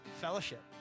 fellowship